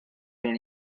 gen